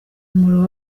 umuriro